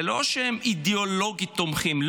זה לא שהם אידיאולוגית תומכים.